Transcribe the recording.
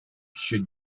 should